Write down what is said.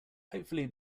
hopefully